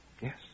Yes